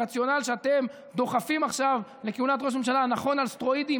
הרציונל שאתם דוחפים עכשיו לכהונת ראש הממשלה נכון על סטרואידים,